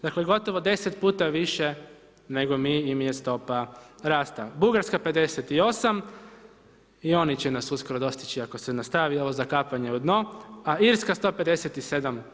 Dakle gotovo 10 puta više nego mi im je stopa rasta, Bugarska 58 i oni će nas uskoro dostići ako se nastavi, ovo zakapanje u dno a Irska 157%